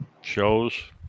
Shows